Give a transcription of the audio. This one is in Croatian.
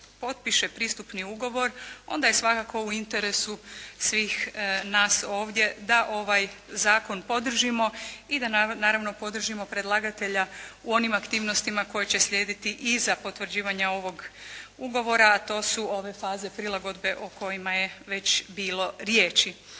potpiše pristupni ugovor onda je svakako u interesu svih nas ovdje da ovaj zakon podržimo i da naravno podržimo predlagatelja u onim aktivnostima koje će slijediti iza potvrđivanja ovog ugovora a to su ove faze prilagodbe o kojima je već bilo riječi.